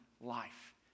life